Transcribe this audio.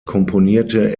komponierte